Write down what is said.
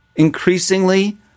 Increasingly